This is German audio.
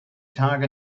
tage